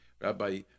Rabbi